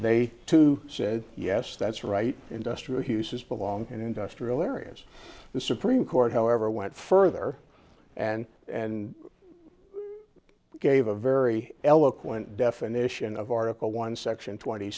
they said yes that's right industrial uses belong in industrial areas the supreme court however went further and and gave a very eloquent definition of article one section twenty